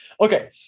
Okay